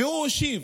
והוא השיב,